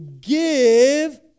give